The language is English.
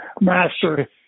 master